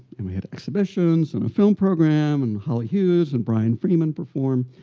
and we had exhibitions and a film program and holly hughes and brian freeman performed.